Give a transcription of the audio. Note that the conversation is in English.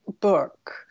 book